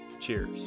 Cheers